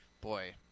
boy